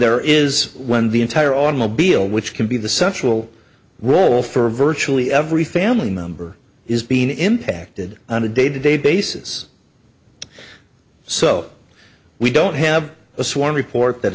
ere is when the entire automobile which can be the central role for virtually every family member is being impacted on a day to day basis so we don't have a sworn report that